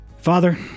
Father